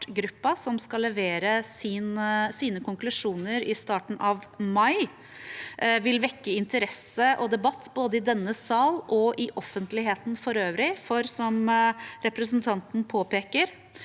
som skal levere sine konklusjoner i starten av mai, vil vekke interesse og debatt både i denne sal og i offentligheten for øvrig. For som representanten påpeker: